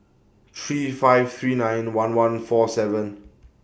three five three nine one one four seven